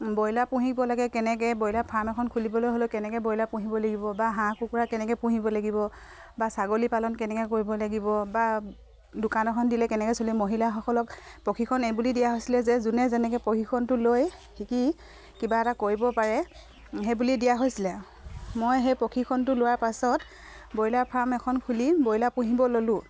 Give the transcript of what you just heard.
broiler পুহিব লাগে কেনেকে ব্ৰইলাৰ ফাৰ্ম এখন খুলিবলৈ হ'লেও কেনেকে ব্ৰইলাৰ পুহিব লাগিব বা হাঁহ কুকুৰা কেনেকে পুহিব লাগিব বা ছাগলী পালন কেনেকে কৰিব লাগিব বা দোকান এখন দিলে কেনেকে চলি মহিলাসকলক প্ৰশিক্ষণ এইবুল দিয়া হৈছিলে যে যোনে যেনেকে প্ৰশিক্ষণটো লৈ শিকি কিবা এটা কৰিব পাৰে সেই বুলিয়ে দিয়া হৈছিলে মই সেই প্ৰশিক্ষণটো লোৱাৰ পাছত ব্ৰইলাৰ ফাৰ্ম এখন খুলি ব্ৰইলাৰ পুহিব ল'লোঁ